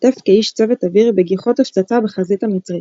השתתף כאיש צוות אוויר בגיחות הפצצה בחזית המצרית.